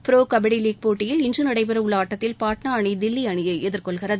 bro kabaddi league போட்டியில் இன்று நடைபெறவுள்ள ஆட்டத்தில் பாட்ளா அணி அணியை எதிர்கொள்கிறது